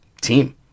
team